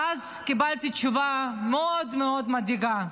ואז קיבלתי תשובה מאוד מאוד מדאיגה: